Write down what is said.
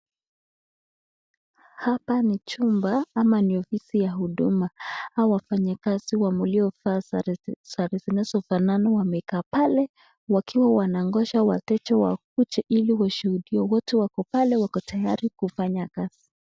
Hap ni chumba ama ni ofisi ya huduama hawa wafanyi kazi waliovaa sare zanazofanana wamekaa pale wakiwa wanangoja watoto wakuje ili kushuhudia wote wako pale wako tayari kufanya kazi.